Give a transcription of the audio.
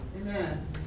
Amen